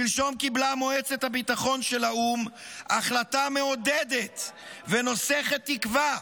שלשום קיבלה מועצת הביטחון של האו"ם החלטה מעודדת ונוסכת תקווה,